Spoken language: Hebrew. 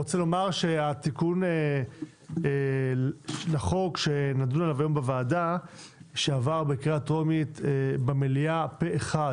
התיקון של החוק שנדון עליו היום שעבר בקריאה טרומית במליאה פה אחד